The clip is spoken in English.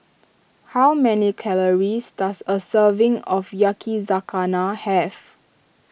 how many calories does a serving of Yakizakana have